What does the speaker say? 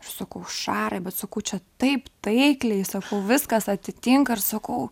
aš sakau šarai bet sakau čia taip taikliai sakau viskas atitinka ir sakau